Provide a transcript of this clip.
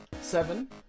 Seven